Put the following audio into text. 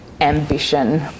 ambition